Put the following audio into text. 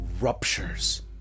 ruptures